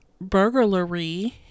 burglary